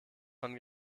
von